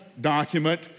document